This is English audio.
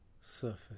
surface